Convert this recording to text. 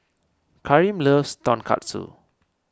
Karim loves Tonkatsu